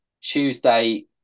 Tuesday